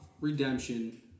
redemption